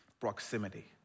proximity